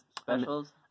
specials